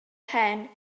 hen